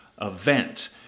event